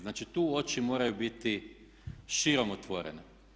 Znači tu oči moraju biti širom otvorene.